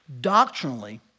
Doctrinally